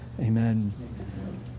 amen